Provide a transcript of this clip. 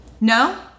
No